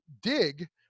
dig